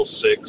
six